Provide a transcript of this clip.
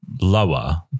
lower